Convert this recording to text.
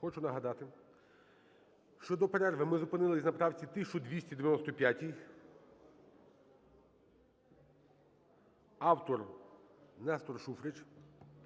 Хочу нагадати, що до перерви ми зупинились на правці 1295, автор – Нестор Шуфрич.